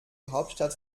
hauptstadt